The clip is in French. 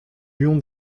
lion